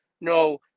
no